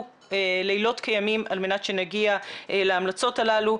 לילות כימים על מנת שנגיע להמלצות הללו,